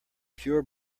pure